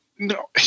No